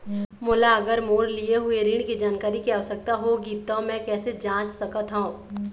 मोला अगर मोर लिए हुए ऋण के जानकारी के आवश्यकता होगी त मैं कैसे जांच सकत हव?